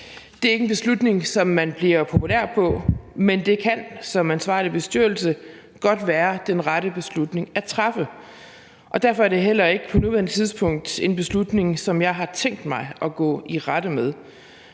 Det er ikke en beslutning, som man bliver populær på, men det kan som ansvarlig bestyrelse godt være den rette beslutning at træffe. Derfor er det heller ikke på nuværende tidspunkt en beslutning, som jeg har tænkt mig at gå i rette med,